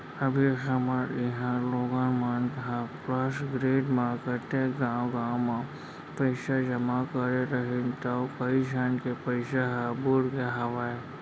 अभी हमर इहॉं लोगन मन ह प्लस ग्रीन म कतेक गॉंव गॉंव म पइसा जमा करे रहिन तौ कइ झन के पइसा ह बुड़गे हवय